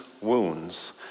wounds